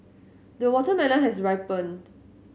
the watermelon has ripened